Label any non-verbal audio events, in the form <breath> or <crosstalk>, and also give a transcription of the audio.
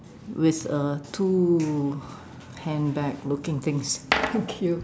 with uh two <breath> handbag looking things thank you